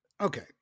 okay